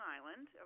Island